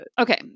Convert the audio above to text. Okay